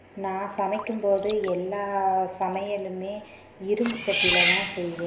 நான் சமைக்கும்போது எல்லா சமையலுமே இரும்பு சட்டிலதான் செய்வேன்